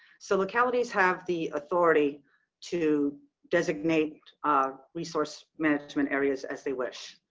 so localities have the authority to designate resource management areas as they wish,